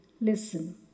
Listen